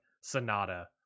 Sonata